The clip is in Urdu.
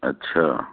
اچھا